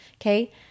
Okay